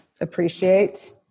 appreciate